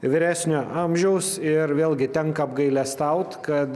vyresnio amžiaus ir vėlgi tenka apgailestaut kad